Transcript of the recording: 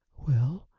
well,